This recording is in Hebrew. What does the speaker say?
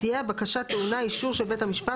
תהיה הבקשה טעונה אישור של בית המשפט